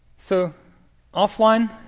so offline